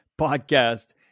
podcast